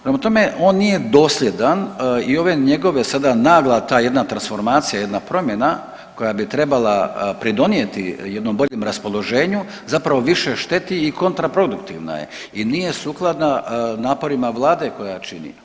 Prema tome, on nije dosljedan i ove njegove, sada nagla ta jedna transformacija, jedna promjena koja bi trebala pridonijeti jednom boljem raspoloženju, zapravo više šteti i kontraproduktivna je i nije sukladna naporima Vlade koja čini.